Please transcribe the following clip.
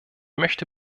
möchte